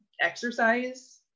exercise